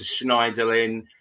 Schneiderlin